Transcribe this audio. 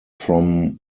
from